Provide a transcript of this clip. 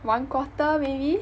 one quarter maybe